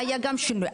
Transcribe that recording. היה גם שינוי,